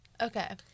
Okay